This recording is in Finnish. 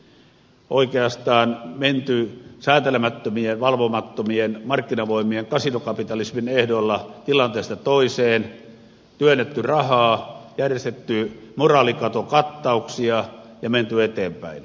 on oikeastaan menty säätelemättömien valvomattomien markkinavoimien ja kasinokapitalismin ehdoilla tilanteesta toiseen työnnetty rahaa järjestetty moraalikatokattauksia ja menty eteenpäin